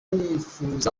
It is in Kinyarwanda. nifuza